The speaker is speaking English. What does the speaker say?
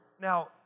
Now